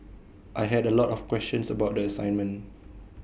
I had A lot of questions about the assignment